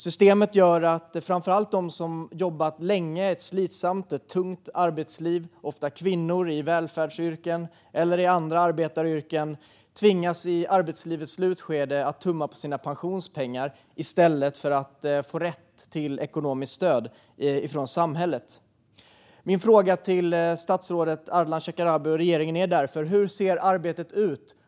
Systemet gör att framför allt de som har jobbat länge i ett slitsamt och tungt arbetsliv, ofta kvinnor i välfärdsyrken eller i andra arbetaryrken, i arbetslivets slutskede tvingas tumma på sina pensionspengar i stället för att få rätt till ekonomiskt stöd från samhället. Min fråga till statsrådet Ardalan Shekarabi och regeringen är därför: Hur ser arbetet ut?